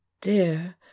dear